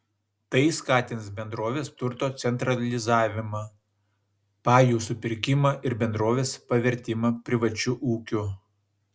tai skatins bendrovės turto centralizavimą pajų supirkimą ir bendrovės pavertimą privačiu ūkiu